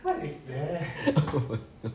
oh no